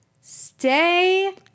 stay